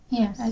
yes